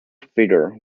figure